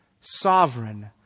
Sovereign